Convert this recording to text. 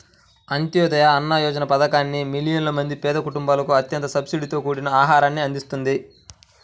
అంత్యోదయ అన్న యోజన పథకాన్ని మిలియన్ల మంది పేద కుటుంబాలకు అత్యంత సబ్సిడీతో కూడిన ఆహారాన్ని అందిస్తుంది